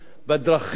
בבית-הספר,